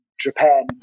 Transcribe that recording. Japan